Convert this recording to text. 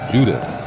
Judas